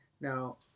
Now